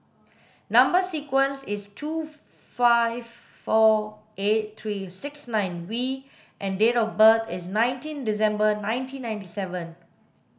number sequence is T two five four eight three six nine V and date of birth is nineteen December nineteen ninety seven